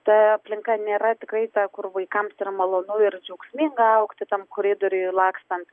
ta aplinka nėra tikrai ta kur vaikams ir malonu ir džiaugsminga augti tam koridoriuj lakstant